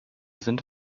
sind